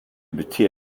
beter